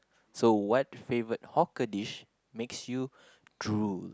so what favourite hawker dish makes you drool